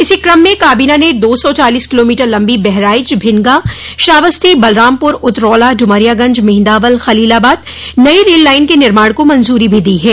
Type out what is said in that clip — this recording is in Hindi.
इसी क्रम में काबीना ने दो सौ चालीस किलोमीटर लम्बी बहराइच भिनगा श्रावस्ती बलरामपुर उतरौला डुमरियागंज मेंहदावल ख़लीलाबाद नई रेल लाइन के निर्माण को मंजूरी भी दी है